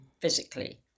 physically